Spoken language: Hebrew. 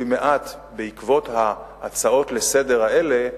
במעט בעקבות ההצעות לסדר-היום האלה,